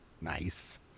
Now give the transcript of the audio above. nice